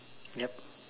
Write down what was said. yup